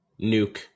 nuke